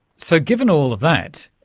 so, given all that,